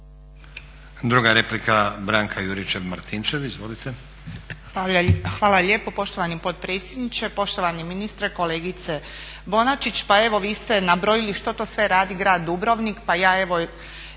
Izvolite. **Juričev-Martinčev, Branka (HDZ)** Hvala lijepo poštovani potpredsjedniče, poštovani ministre. Kolegice Bonačić, pa evo vi ste nabrojili što to sve radi grad Dubrovnik, pa ja evo